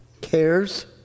cares